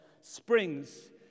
springs